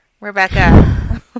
Rebecca